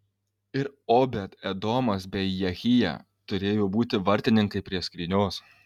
ir obed edomas bei jehija turėjo būti vartininkai prie skrynios